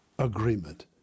agreement